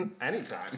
Anytime